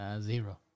Zero